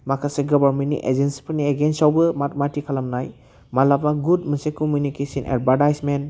माखासे गभार्नमेन्टनि एजेन्सिफोरनि एगेन्सआवबो माट माथि खालामनाय मालाबा गुड मोनसे कमिनिकेसन एडभारटाइसमेन्ट